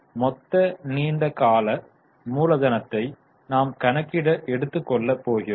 மொத்த நீண்ட கால மூலதனத்தை நாம் கணக்கிட எடுத்து கொள்ள போகிறோம்